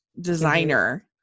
designer